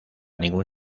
ningún